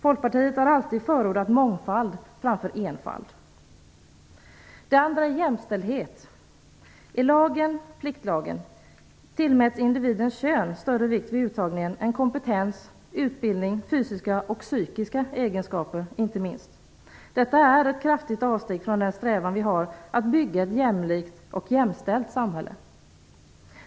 Folkpartiet har alltid förordat mångfald framför enfald. Det andra skälet är jämställdhet. I pliktlagen tillmäts individens kön större vikt vid uttagningen än kompetens, utbildning, fysiska och inte minst psykiska egenskaper. Detta är ett kraftigt avsteg från den strävan vi har att bygga ett jämlikt och jämställt samhälle.